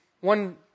one